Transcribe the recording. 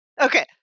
Okay